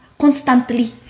constantly